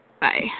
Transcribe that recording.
bye